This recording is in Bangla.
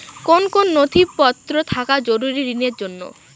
কোন কোন নথিপত্র থাকা জরুরি ঋণের জন্য?